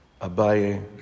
Abaye